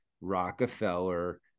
Rockefeller